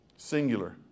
Singular